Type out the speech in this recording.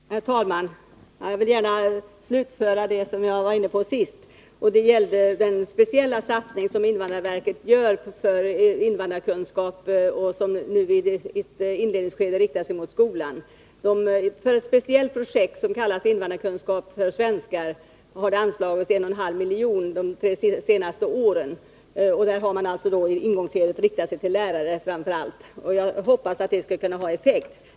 Herr talman! Jag vill gärna slutföra det jag var inne på i mitt förra anförande. Det gällde den speciella satsning som invandrarverket gör i fråga om invandrarkunskap och som i inledningsskedet riktar sig till skolan. För ett speciellt projekt, som kallas invandrarkunskap för svenskar, har det anslagits 1,5 miljoner de tre senaste åren, och i det första skedet har man framför allt riktat sig till lärare. Jag hoppas att detta skall kunna få effekt.